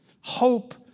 Hope